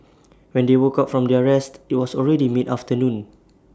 when they woke up from their rest IT was already mid afternoon